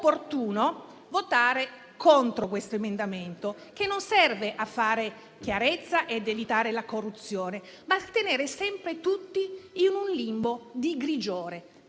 opportuno votare contro questo emendamento, che non serve a fare chiarezza e ad evitare la corruzione, ma a tenere sempre tutti in un limbo di grigiore;